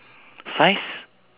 that was sec